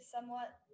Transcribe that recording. somewhat